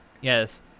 Yes